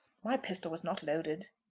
my pistol was not loaded.